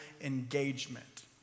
engagement